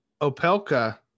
Opelka